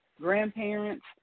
grandparents